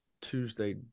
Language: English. Tuesday